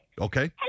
Okay